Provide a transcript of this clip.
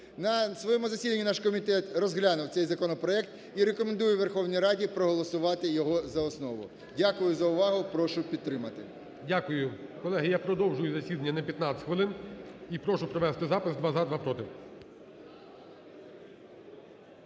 На своєму засіданні наш комітет розглянув цей законопроект – і рекомендує Верховній Раді проголосувати його за основу. Дякую за увагу. Прошу підтримати. ГОЛОВУЮЧИЙ. Дякую. Колеги, я продовжую засідання на 15 хвилин. І прошу провести запис: два – за,